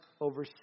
over